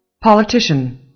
politician